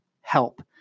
help